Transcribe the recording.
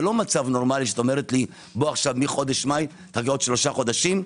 זה לא מצב נורמלי שאת אומרת שמחודש מאי נביא עוד שלושה חודשים.